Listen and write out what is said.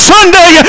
Sunday